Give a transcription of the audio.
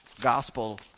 gospel